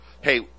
hey